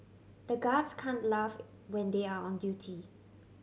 the guards can laugh when they are on duty